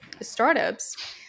startups